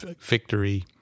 victory